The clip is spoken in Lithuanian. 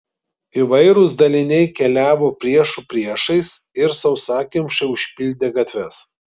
įvairūs daliniai keliavo priešų priešais ir sausakimšai užpildė gatves